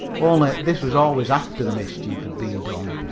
only this was always after the mischief had been done,